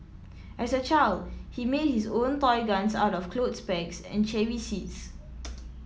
as a child he made his own toy guns out of clothes pegs and cherry seeds